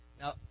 now